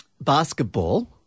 basketball